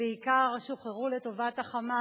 בעיקר שוחררו לטובת ה"חמאס",